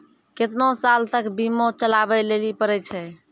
केतना साल तक बीमा चलाबै लेली पड़ै छै?